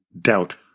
doubt